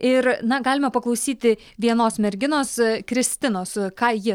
ir na galima paklausyti vienos merginos kristinos ką ji